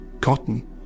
cotton